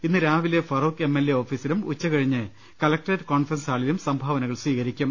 ഇന്ന് രാവിലെ Feroke M L A ഓഫീസിലും ഉച്ചകഴിഞ്ഞ് കലക്ട്രേറ്റ് കോൺഫറൻസ് ഹാളിലും സംഭാവനകൾ സ്വീകരിക്കും